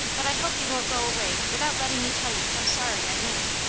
but i hope you won't go away without letting me tell you how sorry i am.